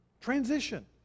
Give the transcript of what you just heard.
transition